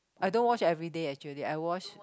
I don't wash every day actually I wash